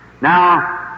Now